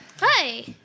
Hi